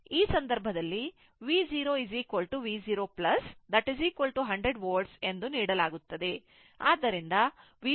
ಈ ಸಂದರ್ಭದಲ್ಲಿ V 0 V 0 100 volt ಎಂದು ನೀಡಲಾಗುತ್ತದೆ ಆದ್ದರಿಂದ VC ∞ 180 Volt ಎಂದಾಗುತ್ತದೆ